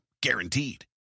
guaranteed